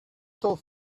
told